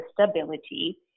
stability